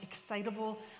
excitable